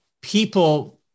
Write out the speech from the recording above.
People